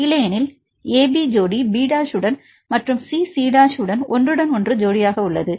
இல்லையெனில் ab ஜோடி b' உடன் மற்றும் c c' உடன் ஒன்றுடன் ஒன்று ஜோடியாக உள்ளது